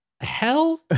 hell